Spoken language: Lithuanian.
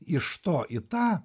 iš to į tą